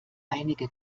einige